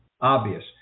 obvious